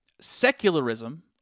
Secularism